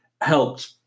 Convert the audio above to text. helped